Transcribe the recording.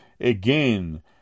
again